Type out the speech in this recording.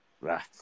Right